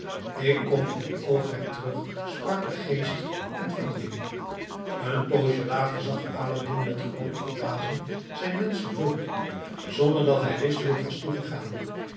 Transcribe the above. ik kom in een oogwenk terug sprak de geest en verdween een poosje later zag aladdin met groote verbazing zijn wensch vervuld zonder dat hij wist hoe het was toegegaan